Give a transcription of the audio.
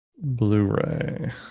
Blu-ray